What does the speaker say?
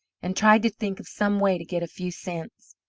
and tried to think of some way to get a few cents.